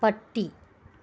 പട്ടി